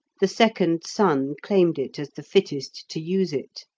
the second son claimed it as the fittest to use it.